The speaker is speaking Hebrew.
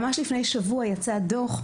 ממש לפני שבוע יצא דוח,